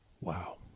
Wow